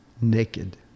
Naked